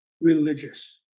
religious